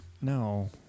No